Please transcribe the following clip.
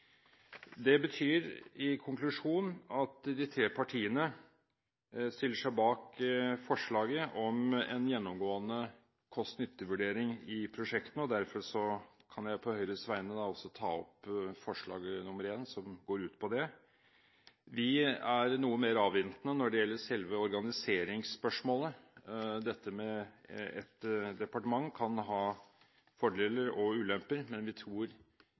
Det betyr i konklusjon at de tre partiene stiller seg bak forslaget om en gjennomgående kost–nytte-vurdering i prosjektene. Derfor kan jeg på vegne av Fremskrittspartiet, Høyre og Kristelig Folkeparti ta opp forslag nr. 1, som går ut på det. Vi er noe mer avventende når det gjelder selve organiseringsspørsmålet. Dette med ett departement kan ha fordeler og ulemper, men vi tror